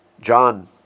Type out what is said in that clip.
John